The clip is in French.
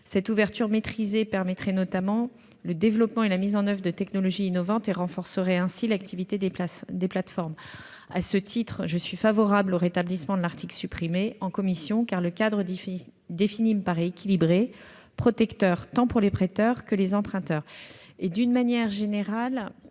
Cette ouverture maîtrisée permettrait notamment le développement et la mise en oeuvre de technologies innovantes et renforcerait ainsi l'activité des plateformes. À ce titre, je suis favorable au rétablissement de l'article supprimé en commission, car le cadre défini me paraît équilibré et protecteur, tant pour les prêteurs que pour les emprunteurs.